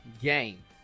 game